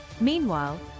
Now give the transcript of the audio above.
Meanwhile